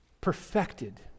Perfected